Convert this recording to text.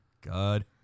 God